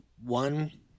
one